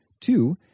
two